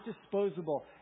disposable